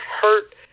hurt